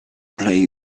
play